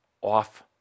off